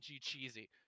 cheesy